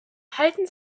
halten